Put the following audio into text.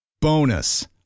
Bonus